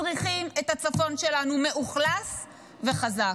צריכים את הצפון שלנו מאוכלס וחזק.